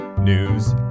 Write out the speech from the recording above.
News